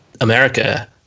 America